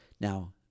now